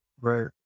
Right